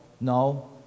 no